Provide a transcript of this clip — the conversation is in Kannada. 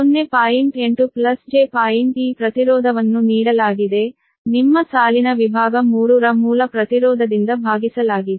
8 j point ಈ ಪ್ರತಿರೋಧವನ್ನು ನೀಡಲಾಗಿದೆ ನಿಮ್ಮ ಸಾಲಿನ ವಿಭಾಗ 3 ರ ಮೂಲ ಪ್ರತಿರೋಧದಿಂದ ಭಾಗಿಸಲಾಗಿದೆ